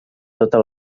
tota